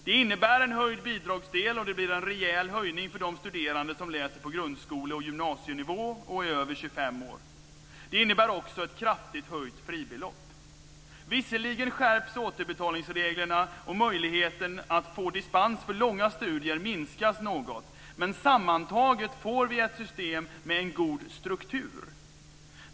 Det innebär en höjd bidragsdel, och det blir en rejäl höjning för de studerande som läser på grundskoleoch gymnasienivå och är över 25 år. Det innebär också ett kraftigt höjt fribelopp. Visserligen skärps återbetalningsreglerna, och möjligheten att få dispens för långa studier minskas något, men sammantaget får vi ett system med en god struktur.